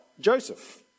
Joseph